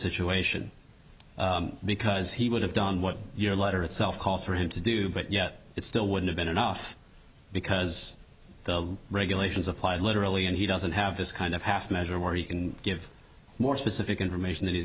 situation because he would have done what your letter itself calls for him to do but yet it still would have been enough because the regulations applied literally and he doesn't have this kind of half measure where he can give more specific information that he's